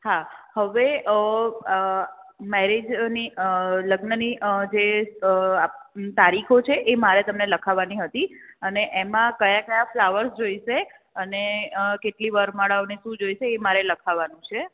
હા હવે મેરેજની લગ્નની જે તારીખો છે એ મારે તમને લખવાની હતી અને એમા કયા કયા ફ્લાવર્સ જોઈસે અને કેટલી વરમાળાઓ ને શું જોઈસે એ મારે લખાવાનું છે